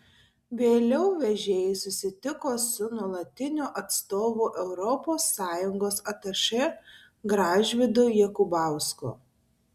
vėliau vežėjai susitiko su nuolatiniu atstovu europos sąjungos atašė gražvydu jakubausku